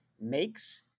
makes